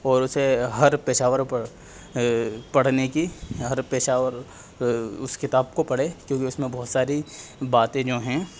اور اسے ہر پیشہ ور پڑھنے کی ہر پیشہ ور اس کتاب کو پڑھے کیوںکہ اس میں بہت ساری باتیں جو ہیں